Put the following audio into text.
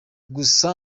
gusa